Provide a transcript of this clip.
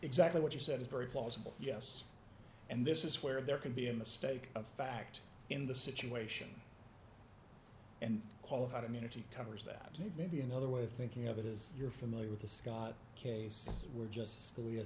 exactly what you said is very plausible yes and this is where there can be a mistake of fact in the situation and qualified immunity covers that maybe another way of thinking of it is you're familiar with the scott case were just th